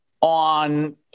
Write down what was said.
on